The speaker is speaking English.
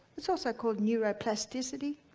it's also called neuroplasticity,